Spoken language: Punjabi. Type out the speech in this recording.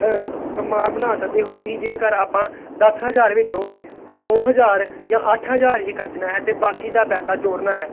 ਸ ਸਮਾਨ ਬਣਾ ਸਕਦੇ ਹੋ ਕਿ ਜੇਕਰ ਆਪਾਂ ਦਸ ਹਜ਼ਾਰ ਵਿੱਚੋਂ ਨੌਂ ਹਜ਼ਾਰ ਜਾਂ ਅੱਠ ਹਜ਼ਾਰ ਹੀ ਖਰਚਣਾ ਹੈ ਤਾਂ ਬਾਕੀ ਦਾ ਪੈਸਾ ਜੋੜਨਾ ਹੈ